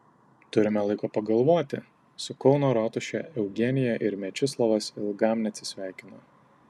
turime laiko pagalvoti su kauno rotuše eugenija ir mečislovas ilgam neatsisveikino